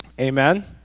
Amen